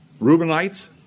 Reubenites